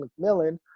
McMillan